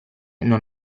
non